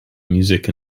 music